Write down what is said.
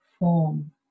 form